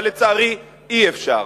אבל, לצערי, אי-אפשר.